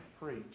preach